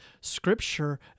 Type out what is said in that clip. scripture